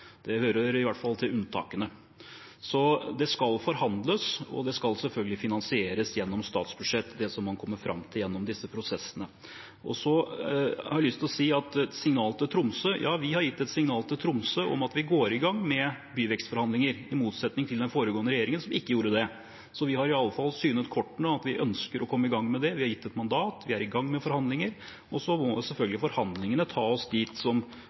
Det hører i hvert fall til unntakene. Det skal forhandles, og det man kommer fram til gjennom disse prosessene, skal selvfølgelig finansieres gjennom statsbudsjett. Til det med signaler til Tromsø: Ja, vi har gitt et signal til Tromsø om at vi går i gang med byvekstforhandlinger, i motsetning til den foregående regjeringen, som ikke gjorde det. Så vi har i alle fall synet kortene og vist at vi ønsker å komme i gang med det. Vi har gitt et mandat, vi er i gang med forhandlinger, og så må selvfølgelig forhandlingene ta oss til et sluttresultat. Jeg kan ikke på forhånd gjette hva som